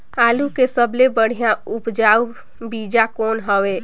आलू के सबले बढ़िया उपजाऊ बीजा कौन हवय?